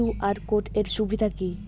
QR code এর সুবিধা কি?